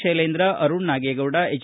Shailendra Arun Nagegowda H